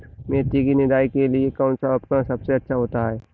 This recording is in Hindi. मेथी की निदाई के लिए कौन सा उपकरण सबसे अच्छा होता है?